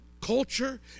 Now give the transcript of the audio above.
culture